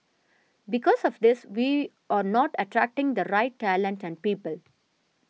because of this we are not attracting the right talent and people